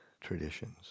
traditions